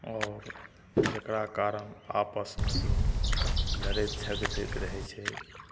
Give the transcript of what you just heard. आओर रख जेकरा कारण आपसमे लोग लड़ैत झगड़ैत रहै छै